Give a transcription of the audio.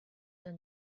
from